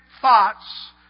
thoughts